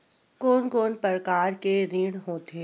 कोन कोन प्रकार के ऋण होथे?